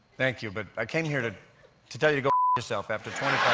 thank you, but i came here to to tell you to go yourself after twenty